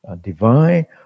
divine